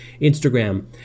Instagram